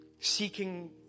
seeking